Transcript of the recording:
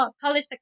Polish